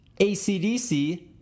ACDC